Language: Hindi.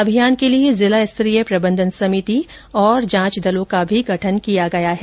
अभियान के लिए जिला स्तरीय प्रबंधन समिति तथा जांच दलों का भी गठन किया गया है